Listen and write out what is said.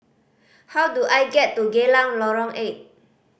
how do I get to Geylang Lorong Eight